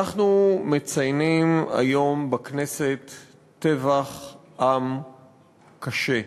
אנחנו מציינים היום בכנסת טבח עם קשה.